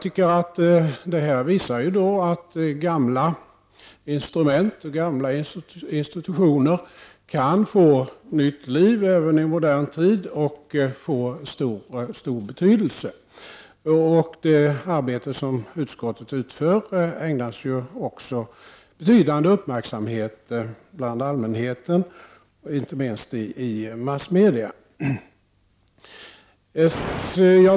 Detta visar att gamla instrument och gamla institutioner kan få nytt liv även i modern tid och bli av stor betydelse. Det arbete som utskottet utför ägnas också betydande uppmärksamhet bland allmänheten, inte minst i massmedia.